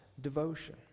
devotion